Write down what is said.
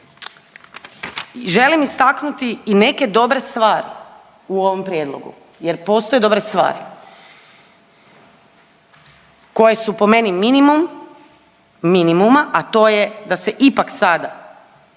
Nadalje, želim istaknuti i neke dobre stvari u ovom prijedlogu jer postoje dobre stvari koje su po meni minimum minimuma, a to je da se ipak sada